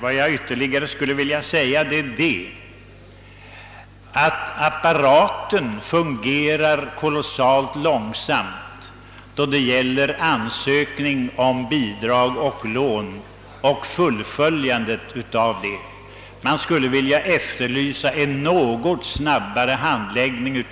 Vad jag ytterligare skulle vilja säga är, att hela apparaten fungerar oerhört långsamt vad gäller ansökan om bidrag och lån och fullföljandet av ett ärende. Jag efterlyser därför en något snabbare handläggning.